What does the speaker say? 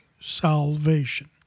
salvation